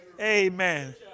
Amen